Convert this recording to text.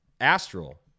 astral